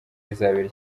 rizabera